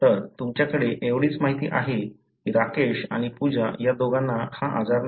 तर तुमच्याकडे एवढीच माहिती आहे की राकेश आणि पूजा या दोघांना हा आजार नाही